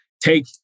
take